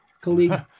colleague